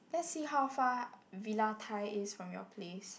let's see how far Villa Thai is from your place